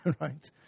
right